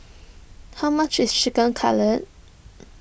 how much is Chicken Cutlet